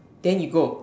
then you go